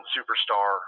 Superstar